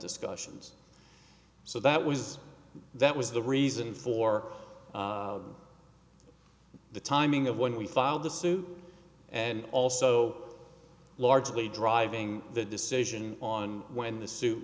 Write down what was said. discussions so that was that was the reason for the timing of when we filed the suit and also largely driving the decision on when the s